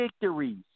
victories